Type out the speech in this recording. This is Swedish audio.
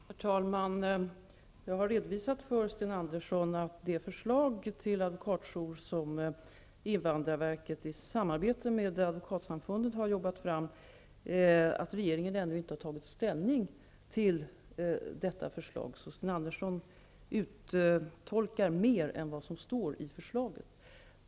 Herr talman! Jag har redovisat för Sten Andersson i Malmö att regeringen ännu inte har tagit ställning till det förslag till advokatjour som invandrarverket i samarbete med Advokatsamfundet har jobbat fram. Sten Andersson uttolkar alltså mer än vad som står i förslaget.